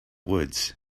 woods